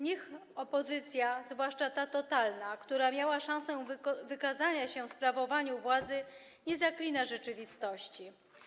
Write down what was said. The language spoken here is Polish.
Niech opozycja, zwłaszcza ta totalna, która miała szansę wykazać się w sprawowaniu władzy, nie zaklina rzeczywistości.